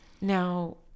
Now